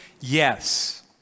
yes